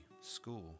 school